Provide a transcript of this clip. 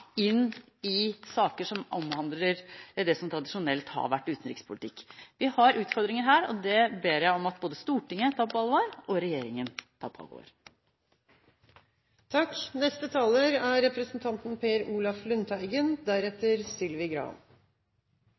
i saker som omhandler det som tradisjonelt har vært utenrikspolitikk. Vi har utfordringer her, og det ber jeg om at både Stortinget og regjeringen tar på alvor.